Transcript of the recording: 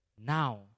Now